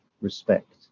respect